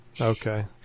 Okay